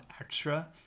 extra